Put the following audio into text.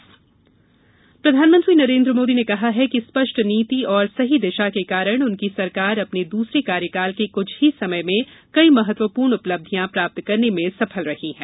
प्रधानमंत्री प्रधानमंत्री नरेन्द्र मोदी ने कहा है कि स्पष्ट नीति और सही दिशा के कारण उनकी सरकार अपने दूसरे कार्यकाल के कुछ ही समय में कई महत्वपूर्ण उपलब्धियां प्राप्त करने में सफल रही हैं